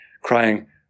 crying